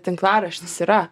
tinklaraštis yra